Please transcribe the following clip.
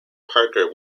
parker